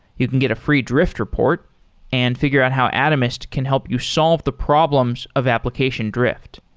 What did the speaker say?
you can get a free drift report and figure out how atomist can help you solve the problems of application drift.